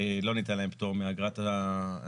לא ניתנה להם פטור מאגרת שמירה.